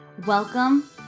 Welcome